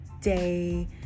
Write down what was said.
day